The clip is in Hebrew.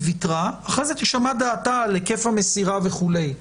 אחרי זה תישמע דעתה על היקף המסירה וכולי.